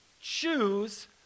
Choose